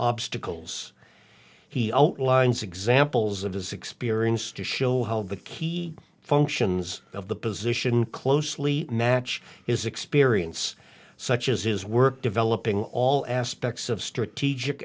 obstacles he outlines examples of his experience to show how the key functions of the position closely match his experience such as his were developing all aspects of str